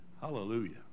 Hallelujah